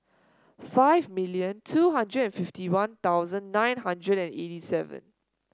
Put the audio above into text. five million two hundred and fifty One Thousand nine hundred and eighty seven